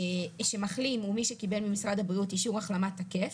שמחלים או מי שקיבל ממשרד הבריאות אישור החלמה תקף,